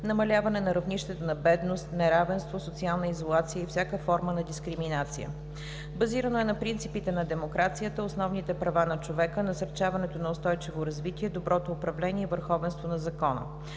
намаляване на равнището на бедност, неравенство, социална изолация и всяка форма на дискриминация. Базирано е на принципите на демокрацията, основните права на човека, насърчаването на устойчиво развитие, доброто управление и върховенство на Закона.